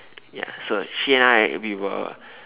ya so she and I we were